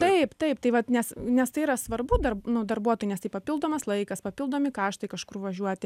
taip taip tai vat nes nes tai yra svarbu darb nu darbuotojui nes tai papildomas laikas papildomi kaštai kažkur važiuoti